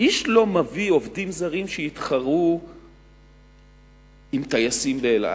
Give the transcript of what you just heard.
איש לא מביא עובדים זרים שיתחרו עם טייסים ב"אל על",